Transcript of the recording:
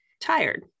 tired